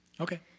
Okay